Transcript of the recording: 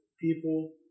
people